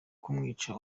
kumwica